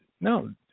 no